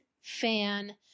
fan